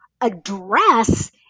address